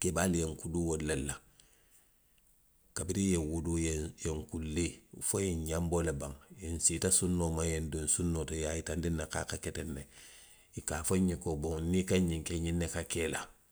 Keebaalu ye nkuluu wo lelu la. Kabiriŋ i ye, i ye nwuluu, i ye nkullii. fo i ye nňanboo le baŋ. nsiita sunnoo ma. i ye nduŋ sunnoo to, i ye a yitandi nna ko a ka ke teŋ ne i ka fo nňe ko boŋ niŋ i ka ňiŋ ke, ňiŋ ne ka ke i la.